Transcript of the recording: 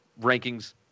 rankings